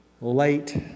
late